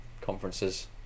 conferences